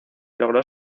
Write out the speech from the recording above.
logró